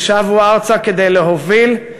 הם שבו ארצה כדי להוביל,